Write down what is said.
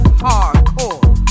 hardcore